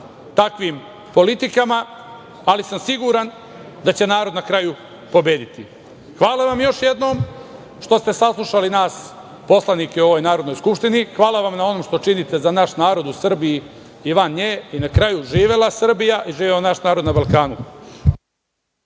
takvim politikama, ali sam siguran da će narod na kraju pobediti. Hvala vam još jednom što ste saslušali nas poslanike u ovoj Narodnoj skupštini. Hvala vam na ovom što činite za naš narod u Srbiji i van nje. Na kraju – živela Srbija i živeo naš narod na Balkanu.